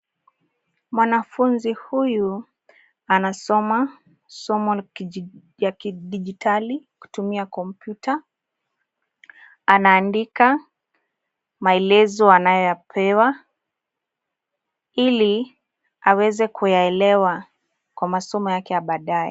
Mwanafunzi huyu anasoma somo ya kidijitali kutumia kompyuta. Anaandika maelezo anayopewa ili aweze kuyaelewa kwa masomo yake ya baadae.